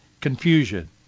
confusion